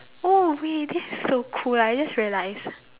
oh wait this is so cool I just realised